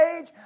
age